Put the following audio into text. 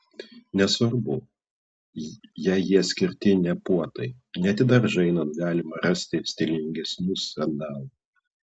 nesvarbu jei jie skirti ne puotai net į daržą einant galima rasti stilingesnių sandalų